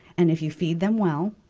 and if you feed them well,